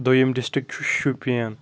دوٚیُم ڈِسٹِرٛکٹ چھُ شُپیَن